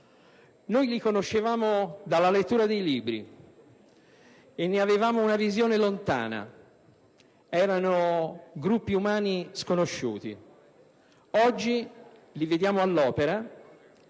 Noi li conoscevamo dalla lettura dei libri e ne avevamo una visione lontana: erano gruppi umani sconosciuti. Oggi li vediamo all'opera,